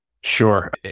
Sure